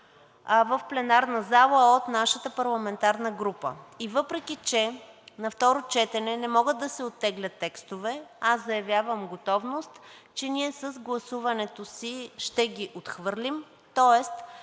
в пленарната зала от нашата парламентарна група. И въпреки че на второ четене не могат да се оттеглят текстове, аз заявявам готовност, че ние с гласуването си ще ги отхвърлим.